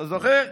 אתה זוכר?